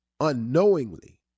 unknowingly